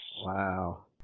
Wow